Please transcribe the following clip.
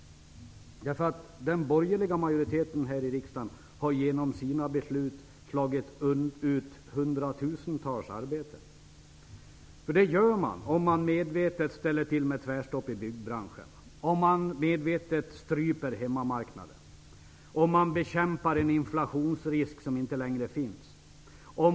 Den borgerliga majoriteten i riksdagen har genom sina beslut slagit ut hundratusentals arbeten. Det gör man om man medvetet ställer till med tvärstopp i byggbranschen, om man medvetet stryper hemmamarknaden och om man bekämpar en inflationsrisk som inte längre finns.